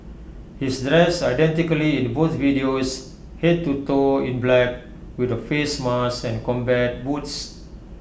he's dressed identically in both videos Head to toe in black with A face mask and combat boots